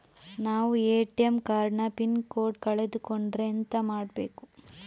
ನಾವು ATM card ನ pin code ಕಳೆದು ಕೊಂಡ್ರೆ ಎಂತ ಮಾಡ್ಬೇಕು?